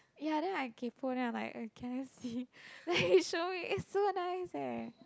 ya then I kaypoh then I'm like eh can I see then he show me it's so nice eh